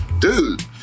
dude